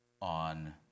on